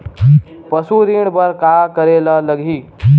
पशु ऋण बर का करे ला लगही?